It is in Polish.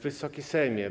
Wysoki Sejmie!